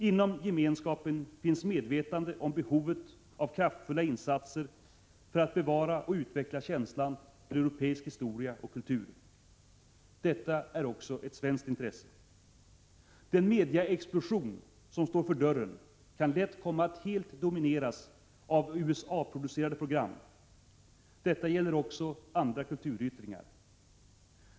Inom Gemenskapen finns medvetande om behovet av kraftfulla insatser för att bevara och utveckla känslan för europeisk historia och kultur. Detta är också ett svenskt intresse. Den mediaexplosion som står för dörren kan lätt komma att helt domineras av USA-producerade program. Detta gäller också andra kulturyttringar.